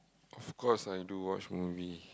of course I do watch movie